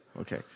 Okay